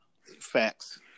Facts